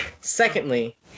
Secondly